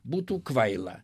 būtų kvaila